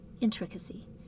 Intricacy